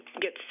get